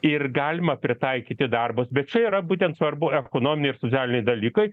ir galima pritaikyti darbus bet čia yra būtent svarbu ekonominiai socialiniai dalykai